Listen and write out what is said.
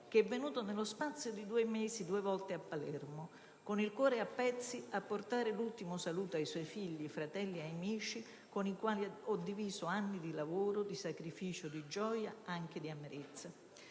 che è venuto, nello spazio di due mesi, due volte a Palermo con il cuore a pezzi a portare l'ultimo saluto ai suoi figli, fratelli, amici, con i quali ho diviso anni di lavoro, di sacrificio, di gioia ma anche di amarezza.